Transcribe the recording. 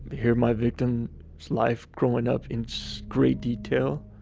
hear my victim's life growing up in so great detail,